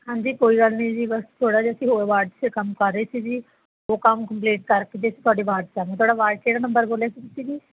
ਹਾਂਜੀ ਕੋਈ ਗੱਲ ਨਹੀਂ ਜੀ ਬਸ ਥੋੜ੍ਹਾ ਜਿਹਾ ਅਸੀਂ ਹੋਰ ਵਾਰਡ 'ਚ ਕੰਮ ਕਰ ਰਹੇ ਸੀ ਜੀ ਉਹ ਕੰਮ ਕੰਪਲੀਟ ਕਰਕੇ ਅਤੇ ਅਸੀਂ ਤੁਹਾਡੀ ਵਾਰਡ 'ਚ ਆਵਾਂਗੇ ਤੁਹਾਡਾ ਵਾਰਡ ਕਿਹੜਾ ਨੰਬਰ ਬੋਲਿਆ ਸੀ ਤੁਸੀਂ ਜੀ